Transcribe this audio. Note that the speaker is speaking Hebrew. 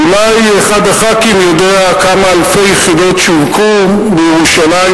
אולי אחד הח"כים יודע כמה אלפי יחידות שווקו בירושלים,